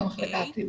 המחלקה הפלילית.